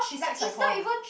she's like is not even